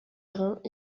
grains